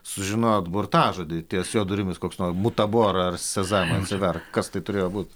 sužinojot burtažodį ties jo durimis koks nors butabor ar sezamai atsiverk kas tai turėjo būt